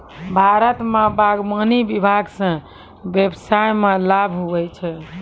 भारत मे बागवानी विभाग से व्यबसाय मे लाभ हुवै छै